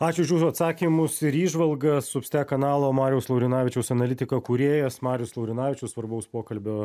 ačiū už jūsų atsakymus ir įžvalgas substek kanalo mariaus laurinavičiaus analitika kūrėjas marius laurinavičius svarbaus pokalbio